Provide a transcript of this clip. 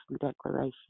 declaration